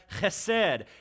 chesed